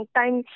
time